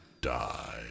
die